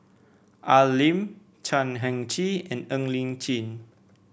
Al Lim Chan Heng Chee and Ng Li Chin